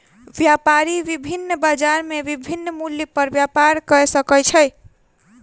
व्यापारी विभिन्न बजार में विभिन्न मूल्य पर व्यापार कय सकै छै